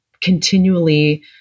continually